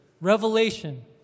Revelation